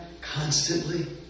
constantly